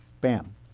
bam